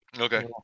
Okay